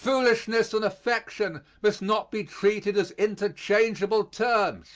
foolishness and affection must not be treated as interchangeable terms